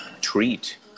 treat